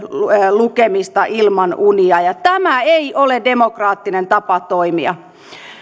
lukemista ilman unia tämä ei ole demokraattinen tapa toimia